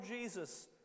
Jesus